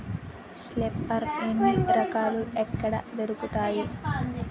Sprayer ఎన్ని రకాలు? ఎక్కడ దొరుకుతాయి?